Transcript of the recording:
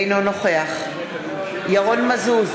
אינו נוכח ירון מזוז,